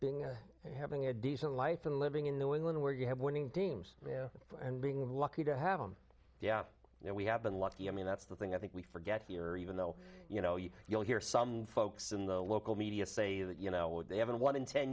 being a having a decent life and living in the england where you have winning teams you know and being lucky to have them yeah you know we have been lucky i mean that's the thing i think we forget here even though you know you you'll hear some folks in the local media say that you know what they haven't won in ten